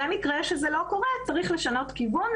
במקרה שזה לא קורה צריך לשנות כיוון,